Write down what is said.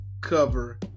cover